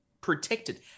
protected